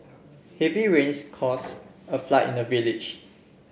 heavy rains caused a flood in the village